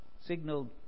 signaled